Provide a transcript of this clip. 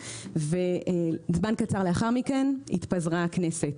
זמן קצר לאחר מכן התפזרה הכנסת.